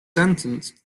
sentenced